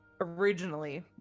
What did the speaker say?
originally